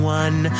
one